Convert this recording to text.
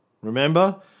Remember